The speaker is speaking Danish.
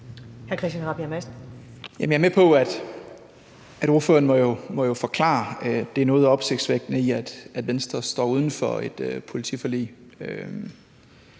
Jeg er med på, at ordføreren jo må forklare det noget opsigtsvækkende i, at Venstre står uden for et politiforlig,